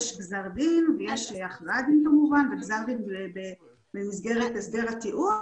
יש גזר דין ויש הכרעת דין כמובן במסגרת הסדר הטיעון.